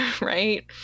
right